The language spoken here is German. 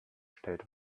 stellt